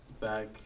back